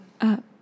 up